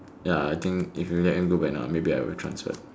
ya I think if you let me go back now maybe I will transferred